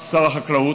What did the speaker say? שר החקלאות,